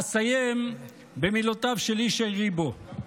אסיים במילותיו של ישי ריבו: